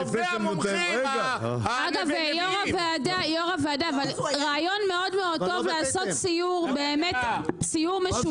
יו"ר הוועדה, רעיון מאוד טוב לעשות סיור משולב.